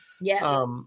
Yes